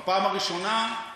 בפעם הראשונה,